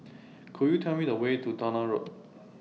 Could YOU Tell Me The Way to Towner Road